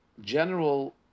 general